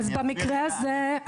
במקרה הזה,